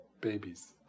babies